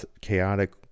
chaotic